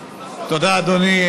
תודה, אדוני.